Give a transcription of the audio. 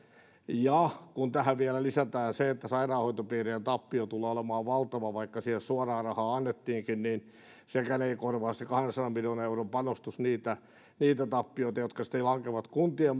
ja kun tähän vielä lisätään se että sairaanhoitopiirien tappio tulee olemaan valtava vaikka niille suoraa rahaa annettiinkin niin sekään ei ei korvaa se kahdensadan miljoonan euron panostus niitä niitä tappioita jotka sitten lankeavat kuntien